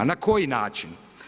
Na koji način?